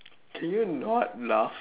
can you not laugh